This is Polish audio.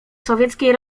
sowieckiej